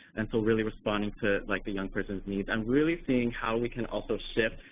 and so really responding to, like, the young person's needs and really seeing how we can also shift,